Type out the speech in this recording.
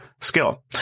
skill